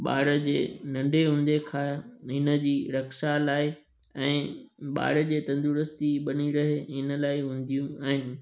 ॿार जे नंढे हूंदे खां हिनजी रक्षा लाइ ऐं ॿार जी तंदुरुस्ती बनी रहे इन लाइ हूंदियू आहिनि